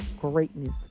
greatness